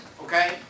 Okay